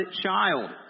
child